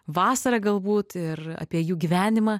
vasarą galbūt ir apie jų gyvenimą